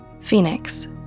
Phoenix